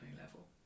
level